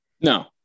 No